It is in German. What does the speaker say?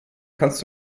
kannst